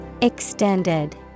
Extended